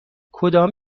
کدام